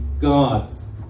gods